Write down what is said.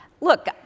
look